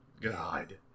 god